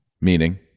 Meaning